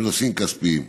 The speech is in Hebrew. בנושאים כספיים.